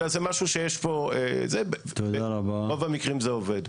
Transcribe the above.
אלא זה משהו שיש פה זה, רוב המקרים זה עובד.